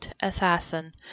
assassin